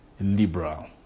liberal